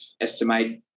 estimate